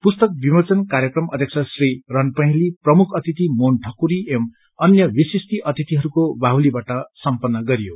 पुस्तक विमोचन कार्यक्रम अध्यक्ष श्री रणपहेली प्रमुख अतिथि मोहन ठकुरी एंव अन्य विशिष्ठ अतिथिहरूको बाहुलीबाट सम्पन्न गरियो